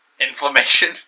Inflammation